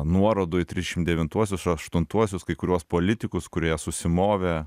nuorodų į trisdešimt devintuosius aštuntuosius kai kuriuos politikus kurie susimovė